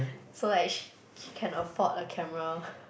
so like sh~ she can afford a camera